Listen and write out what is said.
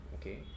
okay